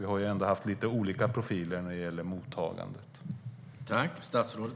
Vi har ändå haft lite olika profiler när det gäller mottagandet.